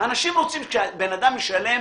כשבן אדם ישלם